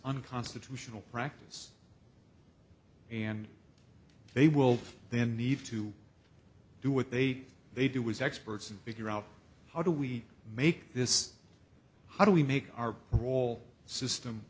unconstitutional practice and they will then need to do what they say they did was experts and bigger out how do we make this how do we make our whole system